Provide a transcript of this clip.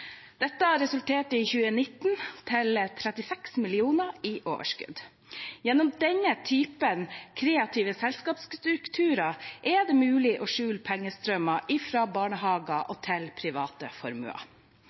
Dette resulterte i 2019 i 36 mill. kr i overskudd. Gjennom denne typen kreative selskapsstrukturer er det mulig å skjule pengestrømmer fra barnehager